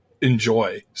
enjoy